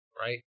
Right